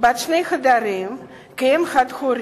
בת שני חדרים כאם חד-הורית.